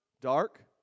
dark